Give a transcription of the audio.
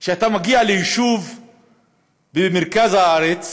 כשאתה מגיע ליישוב במרכז הארץ,